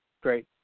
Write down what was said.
Great